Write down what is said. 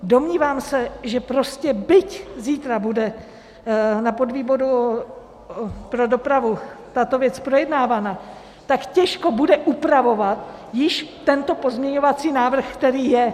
Domnívám se, že prostě byť zítra bude na podvýboru pro dopravu tato věc projednávaná, tak těžko bude upravovat již tento pozměňovací návrh, který je.